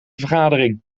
vergadering